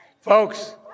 Folks